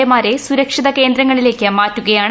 M മാരെ സുരക്ഷിത കേന്ദ്രങ്ങളിലേക്ക് മാറ്റുകയാണ്